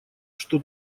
что